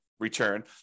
return